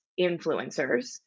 influencers